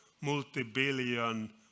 multi-billion